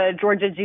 Georgia